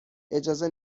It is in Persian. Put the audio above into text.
اجازه